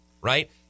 right